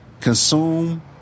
Consume